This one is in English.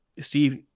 Steve